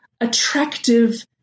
attractive